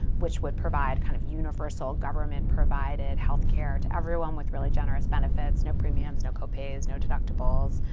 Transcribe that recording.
which would provide kind of universal government provided health care to everyone with really generous benefits. no premiums, no co-pays, no deductibles.